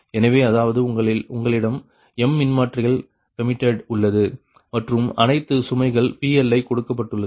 எனவே அதாவது உங்களிடம் m மின்மாற்றிகள் கமிட்டட் உள்ளது மற்றும் அனைத்து சுமைகள் PLi கொடுக்கப்பட்டுள்ளது